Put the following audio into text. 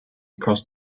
across